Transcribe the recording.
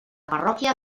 parròquia